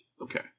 Okay